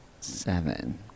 Seven